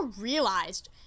realized